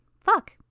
fuck